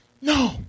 No